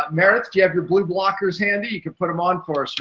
meredith, do you have your blue blockers handy? you could put them on for so